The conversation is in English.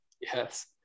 Yes